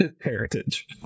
heritage